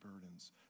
burdens